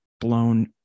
blown